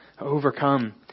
overcome